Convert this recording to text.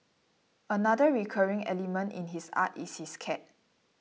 another recurring element in his art is his cat